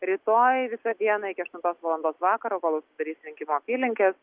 rytoj visą dieną iki aštuntos valandos vakaro kol užsidarys rinkimų apylinkės